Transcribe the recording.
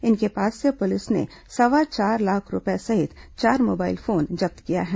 इनके पास से पुलिस ने सवा चार लाख रूपये सहित चार मोबाइल फोन जब्त किया है